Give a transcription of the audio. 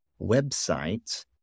websites